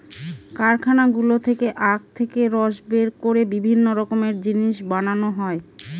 কারখানাগুলো থেকে আখ থেকে রস বের করে বিভিন্ন রকমের জিনিস বানানো হয়